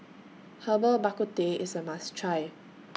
Herbal Bak Ku Teh IS A must Try